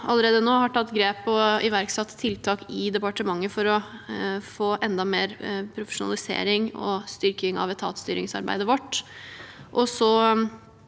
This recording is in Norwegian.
allerede har tatt grep og iverksett tiltak i departementet for å få enda mer profesjonalisering og styrking av etatsstyringsarbeidet vårt.